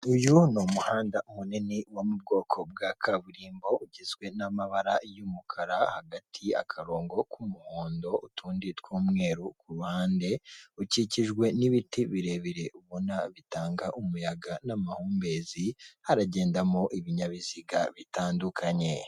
Uyu ni umuhanda munini wo mu bwoko bwa kaburimbo ugizwe namabara y'umukara hagati akarongo k'umuhondo utundi tw'umweru kuruhande ukikijwe n'ibiti birebire ubona bitanga umuyaga n'amahumbezi haragendamo ibinyabiziga bitandukanye.